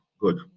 Good